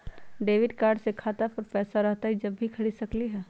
Debit card से खाता पर पैसा रहतई जब ही खरीद सकली ह?